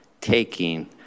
taking